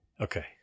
Okay